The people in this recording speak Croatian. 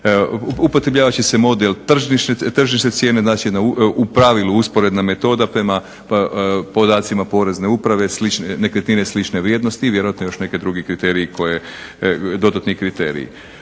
Upotrebljavat će se model tržišne cijene, znači u pravilu usporedna metoda prema podacima Porezne uprave, nekretnine slične vrijednosti i vjerojatno još neki drugi kriteriji, dodatni kriteriji.